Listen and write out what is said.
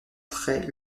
traits